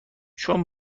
چون